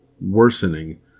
worsening